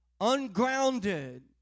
ungrounded